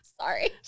Sorry